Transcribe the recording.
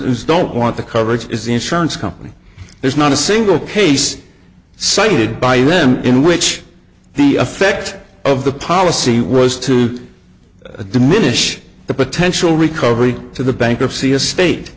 is don't want the coverage is the insurance company there's not a single case cited by them in which the effect of the policy was to diminish the potential recovery to the bankruptcy estate